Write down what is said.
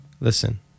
Listen